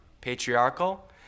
patriarchal